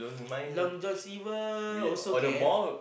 Long-John-Silver also can